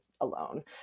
alone